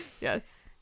yes